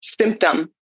symptom